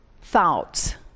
thoughts